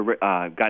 got